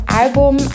Album